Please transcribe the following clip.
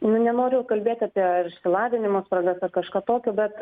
nu nenoriu kalbėt apie išsilavinimo spragas ar kažką tokio bet